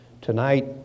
Tonight